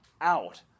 out